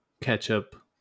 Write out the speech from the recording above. ketchup